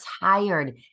tired